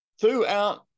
Throughout